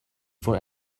for